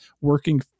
working